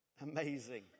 amazing